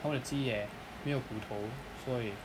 他们的鸡也没有骨头所以